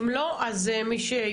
המאמצים הם